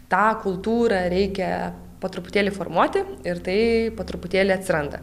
tą kultūrą reikia po truputėlį formuoti ir tai po truputėlį atsiranda